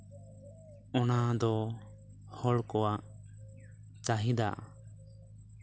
ᱚᱱᱟ ᱫᱚ ᱦᱚᱲ ᱠᱚᱣᱟᱜ ᱪᱟᱦᱤᱫᱟ